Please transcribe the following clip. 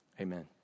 amen